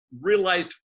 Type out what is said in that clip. realized